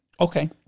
Okay